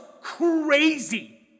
crazy